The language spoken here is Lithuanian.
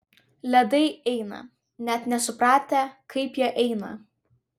ledai eina net nesupratę kaip jie eina